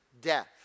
death